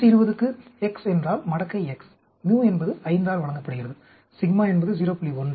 120க்கு x என்றால் மடக்கை x μ என்பது 5 ஆல் வழங்கப்படுகிறது என்பது 0